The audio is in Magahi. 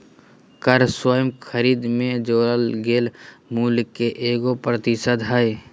कर स्वयं खरीद में जोड़ल गेल मूल्य के एगो प्रतिशत हइ